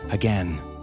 Again